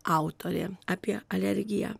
autorė apie alergiją